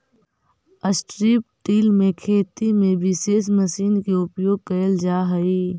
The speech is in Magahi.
स्ट्रिप् टिल में खेती में विशेष मशीन के उपयोग कैल जा हई